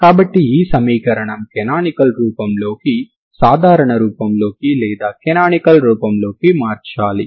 కాబట్టి ఈ సమీకరణం కనానికల్ రూపంలోకి సాధారణ రూపంలోకి లేదా కనానికల్ రూపంలోకి మార్చాలి